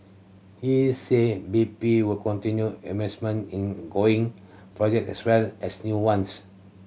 he said B P would continue investment in going projects as well as new ones